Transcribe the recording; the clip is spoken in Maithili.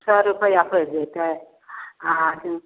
सओ रुपैआ पड़ि जेतै आओर जु